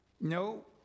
No